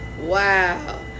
Wow